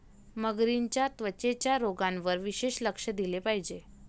मगरींच्या त्वचेच्या रोगांवर विशेष लक्ष दिले पाहिजे